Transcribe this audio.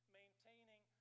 maintaining